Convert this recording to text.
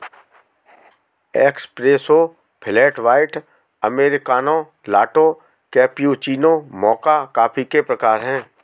espresso, flat white, americano, latte, cappuccino, mocha coffee के प्रकार हैं